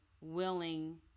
willing